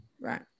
right